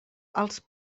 als